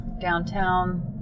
downtown